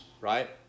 right